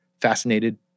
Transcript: fascinated